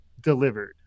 delivered